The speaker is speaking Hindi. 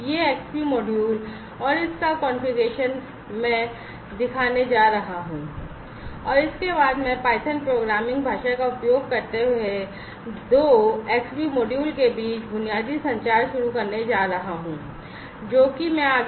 यह Xbee मॉड्यूल और इसका कॉन्फ़िगरेशन मैं दिखाने जा रहा हूं और इसके बाद मैं python प्रोग्रामिंग भाषा का उपयोग करते हुए 2 Xbee मॉड्यूल के बीच बुनियादी संचार शुरू करने जा रहा हूं आगे